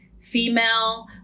female